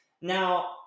now